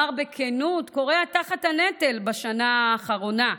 אומר בכנות, הוא כורע תחת הנטל בשנה האחרונה.